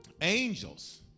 Angels